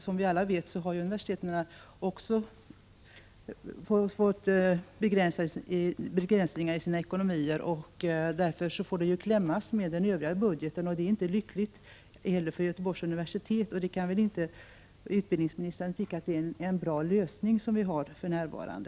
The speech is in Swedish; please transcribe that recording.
Som vi alla vet har universiteten också fått begränsningar i sina ekonomier och hårt ansträngd budget. Det är ju inte lyckligt för Göteborgs universitet heller. Det kan inte utbildningsministern tycka vara en bra lösning för närvarande.